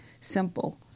simple